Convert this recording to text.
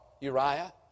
Uriah